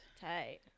tight